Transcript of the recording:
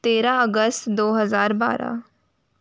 तेरह अगस्त दो हजार बारह